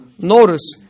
Notice